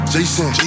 Jason